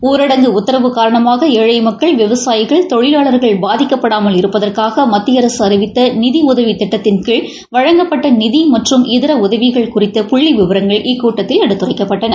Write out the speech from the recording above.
ஊரடங்கு உத்தரவு காரணமாக ஏழை மக்கள் விவசாயிகள் தொழிலாளா்கள் பாதிக்கப்படாமல் இருப்பதற்காக மத்திய அரசு அறிவித்த நிதி உதவி திட்டத்தின் கீழ் வழங்கப்பட்ட நிதி மற்றும் இதர உதவிகள் குறித்த புள்ளி விவரங்கள் இக்கூட்டத்தில் எடுத்துரைக்கப்பட்டன